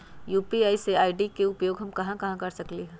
UPI ID के उपयोग हम कहां कहां कर सकली ह?